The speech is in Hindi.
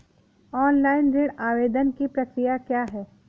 ऑनलाइन ऋण आवेदन की प्रक्रिया क्या है?